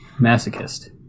Masochist